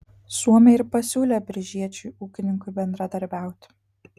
suomiai ir pasiūlė biržiečiui ūkininkui bendradarbiauti